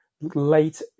late